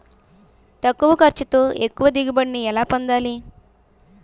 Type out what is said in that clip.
తక్కువ ఖర్చుతో ఎక్కువ దిగుబడి ని ఎలా పొందాలీ?